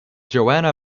joanna